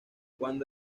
cuando